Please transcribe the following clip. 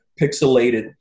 pixelated